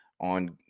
on